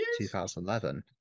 2011